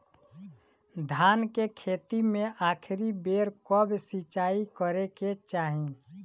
धान के खेती मे आखिरी बेर कब सिचाई करे के चाही?